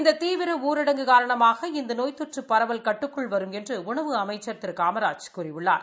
இந்த தீவிர ஊரடங்கு காரணமாக இந்த நோய் தொற்று பரவல் கட்டுக்குள் வரும் என்று உணவு அமைச்சர் திரு காமராஜ் கூறியுள்ளார்